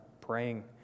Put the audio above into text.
praying